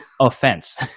offense